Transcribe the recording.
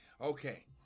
Okay